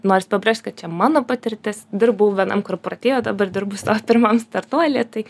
noris pabrėžt kad čia mano patirtis dirbau vienam korporatyve dabar dirbu sta pirmam startuolyje tai